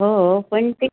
हो पण ते